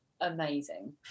amazing